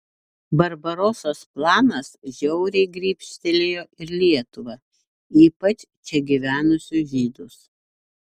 barbarosos planas žiauriai grybštelėjo ir lietuvą ypač čia gyvenusius žydus